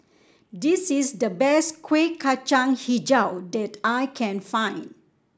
this is the best Kuih Kacang hijau that I can find